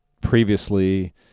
previously